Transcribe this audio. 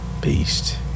beast